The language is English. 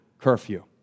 curfew